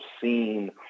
seen